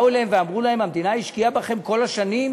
באו אליהם ואמרו להם: המדינה השקיעה בכם כל השנים,